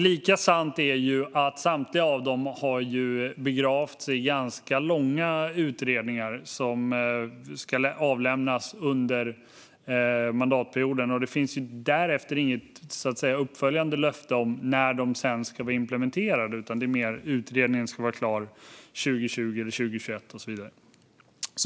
Lika sant är att samtliga punkter har begravts i ganska långvariga utredningar som ska avlämnas under mandatperioden. Det finns därefter inget uppföljande löfte om när de ska vara implementerade. Det handlar mer om att utredningen ska vara klar 2020, 2021 och så vidare.